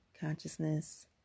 consciousness